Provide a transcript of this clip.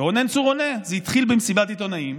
ורונן צור עונה: זה התחיל במסיבת עיתונאים,